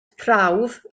prawf